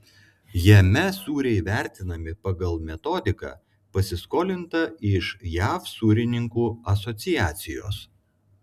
jame sūriai vertinami pagal metodiką pasiskolintą iš jav sūrininkų asociacijos